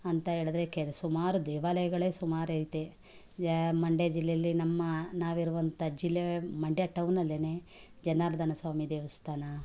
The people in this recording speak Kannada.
ಅಂತ ಹೇಳಿದರೆ ಕೆ ಸುಮಾರು ದೇವಾಲಯಗಳೇ ಸುಮಾರು ಐತೆ ಜ್ ಮಂಡ್ಯ ಜಿಲ್ಲೆಯಲ್ಲಿ ನಮ್ಮ ನಾವಿರುವಂಥ ಜಿಲ್ಲೆ ಮಂಡ್ಯ ಟೌನ್ನಲ್ಲೇ ಜನಾರ್ಧನ ಸ್ವಾಮಿ ದೇವಸ್ಥಾನ